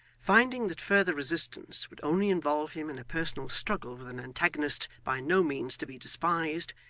finding that further resistance would only involve him in a personal struggle with an antagonist by no means to be despised,